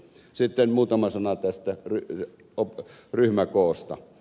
sitten muutama sana tästä ryhmäkoosta